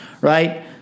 Right